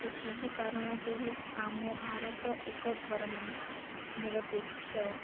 ଏସବୁ କାରଣ ଯୋଗୁଁ ଆମ ଭାରତ ଏକ ଧର୍ମ ନିରପେକ୍ଷ